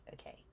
Okay